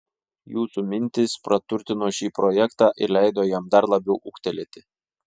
jūsų mintys praturtino šį projektą ir leido jam dar labiau ūgtelėti